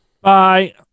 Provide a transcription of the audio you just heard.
Bye